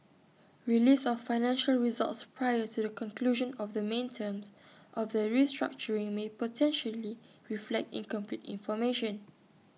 release of financial results prior to the conclusion of the main terms of the restructuring may potentially reflect incomplete information